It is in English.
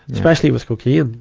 especially with cocaine. you